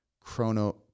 chrono